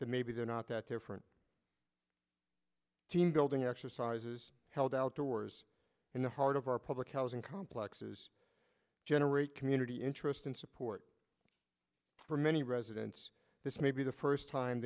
that maybe they're not that different team building exercises held outdoors in the heart of our public housing complexes generate community interest and support for many residents this may be the first time